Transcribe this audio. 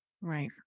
Right